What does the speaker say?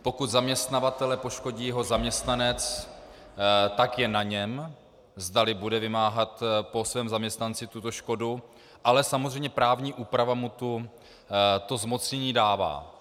Pokud zaměstnavatele poškodí jeho zaměstnanec, tak je na něm, zdali bude vymáhat po svém zaměstnanci tuto škodu, ale samozřejmě právní úprava mu to zmocnění dává.